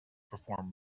perform